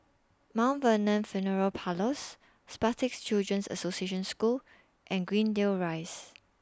Mount Vernon Funeral Parlours Spastic Children's Association School and Greendale Rise